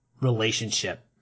relationship